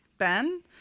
Ben